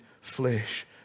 flesh